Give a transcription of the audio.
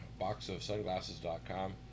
boxofsunglasses.com